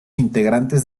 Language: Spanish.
integrantes